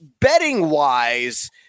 betting-wise